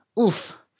oof